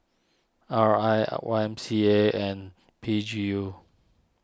R I Y M C A and P G U